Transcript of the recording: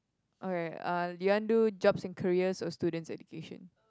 okay uh you want do jobs and careers or students' education